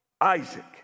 Isaac